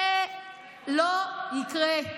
זה לא יקרה.